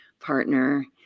partner